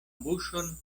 buŝon